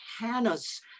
Hannah's